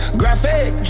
graphic